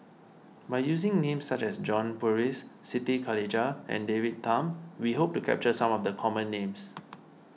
by using names such as John Purvis Siti Khalijah and David Tham we hope to capture some of the common names